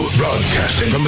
broadcasting